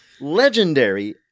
legendary